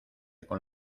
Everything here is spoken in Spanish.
con